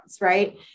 right